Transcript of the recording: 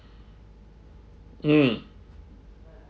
mm